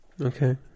Okay